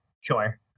Sure